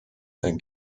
and